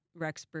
Rexburg